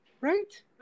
right